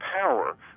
power